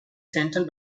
central